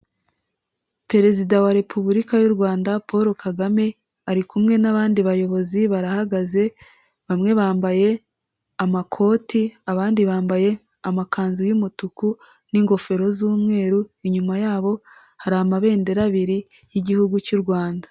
Perezida wa repubulika y'u Rwanda Paul Kagame, ari kumwe n'abandi bayobozi, barahagaze, bamwe bambaye amakote, abandi bambaye amakanzu y'umutuku n'ingofero z'umweru, inyuma yabo hari amabendera abiri y'igihugu cy'u Rwanda.